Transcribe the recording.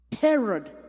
Herod